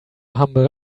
humble